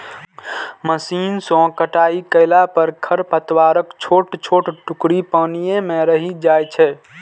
machine सं कटाइ कयला पर खरपतवारक छोट छोट टुकड़ी पानिये मे रहि जाइ छै